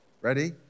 Ready